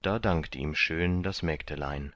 da dankt ihm schön das mägdelein